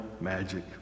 magic